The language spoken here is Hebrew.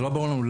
זה לא ברור לנו,